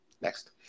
Next